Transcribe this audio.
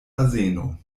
azeno